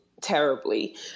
terribly